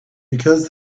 because